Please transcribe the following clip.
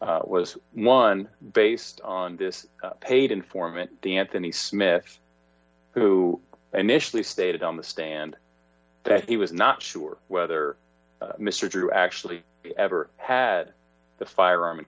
it was one based on this paid informant the anthony smith who initially stated on the stand that he was not sure whether mr drew actually ever had the fire